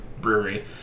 brewery